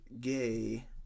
Gay